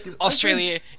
Australia